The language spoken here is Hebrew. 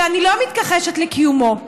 שאני לא מתכחשת לקיומו,